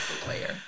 player